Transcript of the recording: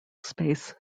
space